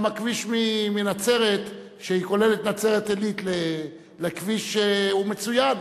גם הכביש מנצרת, שכולל את נצרת-עילית, הוא מצוין.